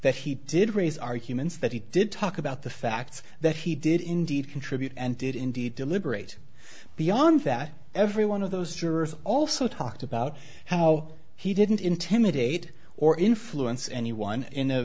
that he did raise arguments that he did talk about the fact that he did indeed contribute and did indeed deliberate beyond that every one of those jurors also talked about how he didn't intimidate or influence anyone in